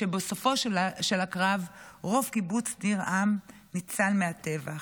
כשבסופו של הקרב רוב קיבוץ ניר עם ניצל מהטבח,